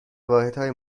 واحدهای